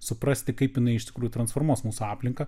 suprasti kaip jinai iš tikrųjų transformuos mūsų aplinką